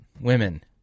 women